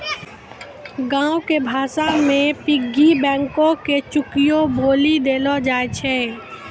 गांवो के भाषा मे पिग्गी बैंको के चुकियो बोलि देलो जाय छै